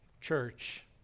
Church